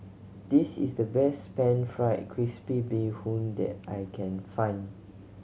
this is the best Pan Fried Crispy Bee Hoon that I can find